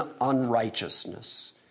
unrighteousness